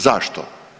Zašto?